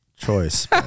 choice